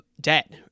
debt